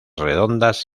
redondas